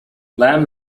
lamb